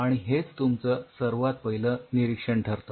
आणि हेच तुमचं सर्वात पाहिलं निरीक्षण ठरतं